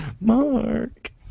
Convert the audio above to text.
Mark